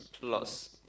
plus